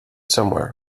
somewhere